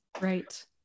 Right